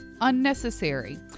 unnecessary